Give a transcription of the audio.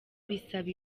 bisaba